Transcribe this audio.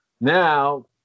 Now